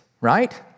right